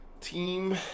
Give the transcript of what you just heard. team